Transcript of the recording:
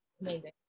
amazing